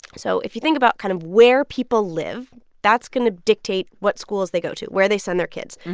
so if you think about kind of where people live, that's going to dictate what schools they go to, where they send their kids.